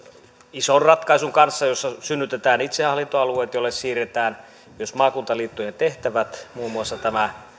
ison ratkaisun kanssa jossa synnytetään itsehallintoalueet joille siirretään myös maakuntaliittojen tehtävät muun muassa tämä